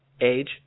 age